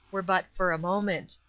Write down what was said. were but for a moment.